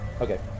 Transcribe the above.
okay